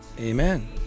Amen